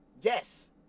Yes